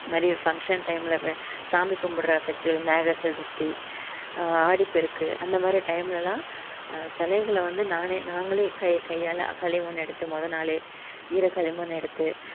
இது மாதிரி ஒரு ஃபங்க்ஷன் டைமில் சாமி கும்புடுற பெஸ்ட்டிவல் விநாயகர் சதுர்த்தி ஆடி பெருக்கு அந்த மாதிரி டைமில் எல்லாம் சிலைகள வந்து நானே நாங்களே கை கையால் களிமண்ணு எடுத்து மொதல் நாளே ஈர களிமண்ணை எடுத்து